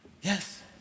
Yes